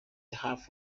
half